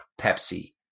Pepsi